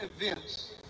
events